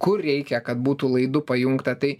kur reikia kad būtų laidu pajungta tai